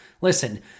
Listen